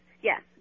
yes